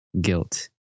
guilt